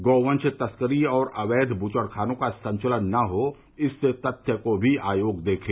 गौवंश तस्करी और अवैघ बूचड़खानों का संचालन न हो इस तथ्य को भी आयोग देखे